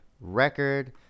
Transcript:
record